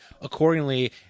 accordingly